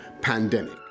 pandemic